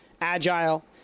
agile